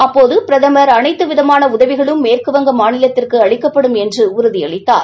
அப்போது பிரதமர் அனைத்து விதமாள உதவிகளும் மேற்குவங்க மாநிலத்திற்கு அளிக்கப்படும் என்று உறுதியளித்தார்